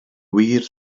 wir